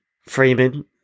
Freeman